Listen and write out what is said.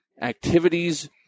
activities